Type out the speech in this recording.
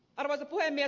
arvoisa puhemies